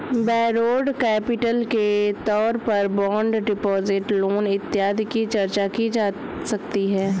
borrowed capital के तौर पर बॉन्ड डिपॉजिट लोन इत्यादि की चर्चा की जा सकती है